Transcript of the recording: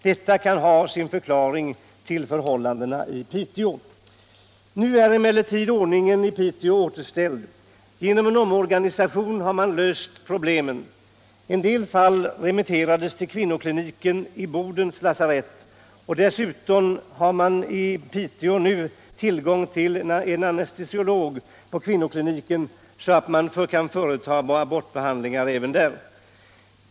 Detta kan vara en förklaring till förhållandena i Piteå. Nu är emellertid ordningen i Piteå återställd. Genom en omorganisation löste man problemen. En del fall remitterades till kvinnokliniken på Bodens lasarett. Dessutom har man i Piteå i dag tillgång till en anestesiolog på kvinnokliniken, så att man kan företa abortbehandlingar även där.